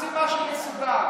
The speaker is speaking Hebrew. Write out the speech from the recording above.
רוצים משהו מסודר.